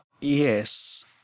Yes